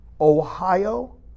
Ohio